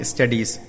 Studies